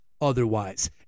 otherwise